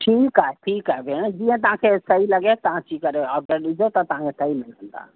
ठीकु आहे ठीकु आहे भेण जिअं तव्हां खे सही लॻे तव्हां अची करे ऑडर ॾिजो त तव्हां खे ठही मिलंदी